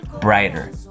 brighter